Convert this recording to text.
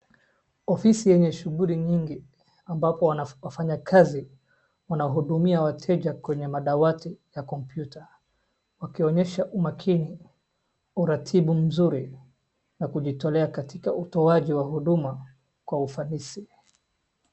Ofisi yenye shughuli nyingi ambapo wanafanyakazi wanahudumia wateja kwenye madawati ya kompyuta wakionyesha umakini, uratibu mzuri na kujitolea katika utoaji wa huduma kwa ufanisi.